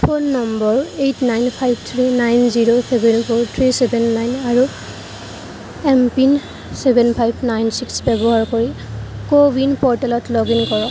phone number eight nine five three nine zero seven four three seven nine আৰু M PIN seven five nine six ব্য়ৱহাৰ কৰি CoWIN প'ৰ্টেলত log in কৰক